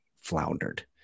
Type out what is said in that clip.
floundered